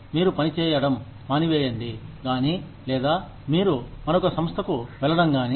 మీరు పని చేయడం మానివేయడం గాని లేదా మీరు మరోక సంస్థకు వెళ్లడం గాని